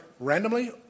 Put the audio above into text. Randomly